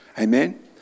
Amen